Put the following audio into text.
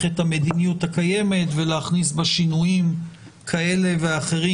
את המדיניות הקיימת ולהכניס בה שינויים כאלה ואחרים,